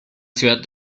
ciudad